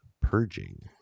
purging